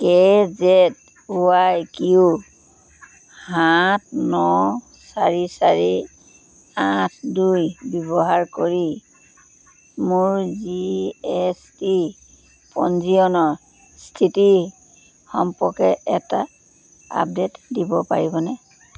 কে Z Y Q সাত ন চাৰি চাৰি আঠ দুই ব্যৱহাৰ কৰি মোৰ জি এছ টি পঞ্জীয়নৰ স্থিতি সম্পৰ্কে এটা আপডেট দিব পাৰিবনে